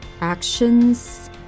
actions